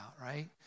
right